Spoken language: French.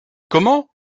comment